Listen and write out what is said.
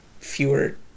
fewer